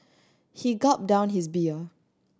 he gulped down his beer